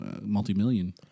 multi-million